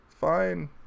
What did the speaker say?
fine